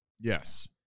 Yes